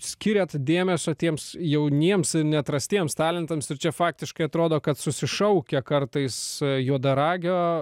skiriat dėmesio tiems jauniems neatrastiems talentams ir čia faktiškai atrodo kad susišaukia kartais juodaragio